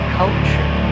culture